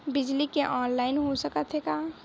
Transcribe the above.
बिजली के ऑनलाइन हो सकथे का?